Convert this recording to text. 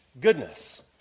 goodness